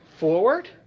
Forward